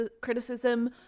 criticism